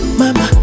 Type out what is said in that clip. mama